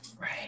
Right